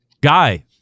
guy